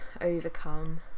overcome